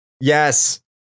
yes